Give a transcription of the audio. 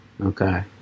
okay